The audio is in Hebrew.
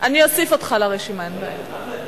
אני אוסיף אותך לרשימה, אין בעיה.